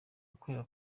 gukorera